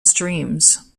streams